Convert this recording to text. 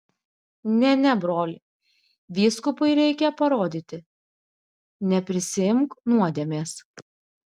ne ne broli vyskupui reikia parodyti neprisiimk nuodėmės